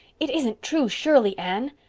it isn't true surely, anne?